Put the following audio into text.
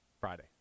Friday